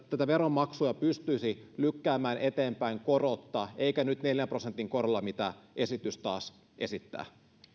tätä veronmaksua pystyisi lykkäämään eteenpäin korotta eikä neljän prosentin korolla mitä esitys taas esittää